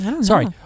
Sorry